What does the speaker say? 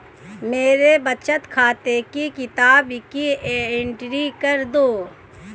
मेरे बचत खाते की किताब की एंट्री कर दो?